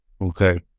Okay